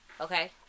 okay